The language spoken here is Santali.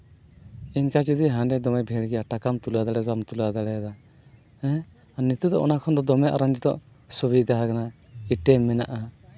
ᱤᱱᱠᱟ ᱡᱩᱫᱤ ᱦᱟᱸᱰᱮ ᱫᱚᱢᱮ ᱵᱷᱤᱲ ᱜᱮᱭᱟ ᱴᱟᱠᱟᱢ ᱛᱩᱞᱟᱹᱣ ᱫᱟᱲᱮᱭᱟᱫᱟ ᱵᱟᱢ ᱛᱩᱞᱟᱹᱣ ᱫᱟᱲᱮᱭᱟᱫᱟ ᱦᱮᱸ ᱱᱤᱛᱳᱜ ᱫᱚ ᱚᱱᱟ ᱠᱷᱚᱱ ᱫᱚ ᱫᱚᱢᱮ ᱟᱨᱚ ᱱᱤᱛᱳᱜ ᱥᱩᱵᱤᱫᱟ ᱦᱩᱭᱟᱠᱟᱱᱟ ᱮᱴᱤᱭᱮᱢ ᱢᱮᱱᱟᱜᱼᱟ